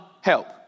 help